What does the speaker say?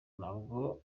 ntabwo